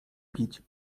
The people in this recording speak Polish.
pić